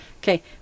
Okay